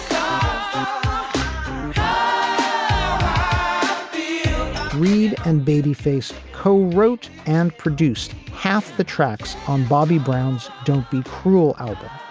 um reid and babyface co-wrote and produced half the tracks on bobby brown's don't be cruel. album,